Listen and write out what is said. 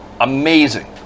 amazing